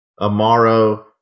Amaro